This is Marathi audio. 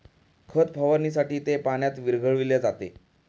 खत फवारणीसाठी ते पाण्यात विरघळविले जाते